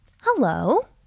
Hello